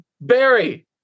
Barry